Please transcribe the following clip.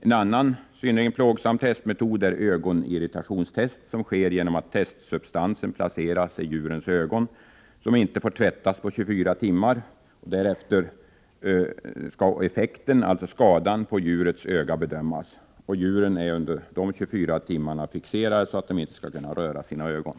En annan synnerligen plågsam testmetod är ögonirritationstest som sker genom att testsubstansen placeras i djurens ögon, som inte får tvättas på 24 timmar. Därefter skall effekten, alltså skadan på djurets öga bedömas. Djuret är under dessa 24 timmar fixerat för att inte kunna röra sina ögon.